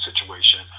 situation